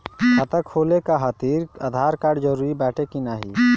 खाता खोले काहतिर आधार कार्ड जरूरी बाटे कि नाहीं?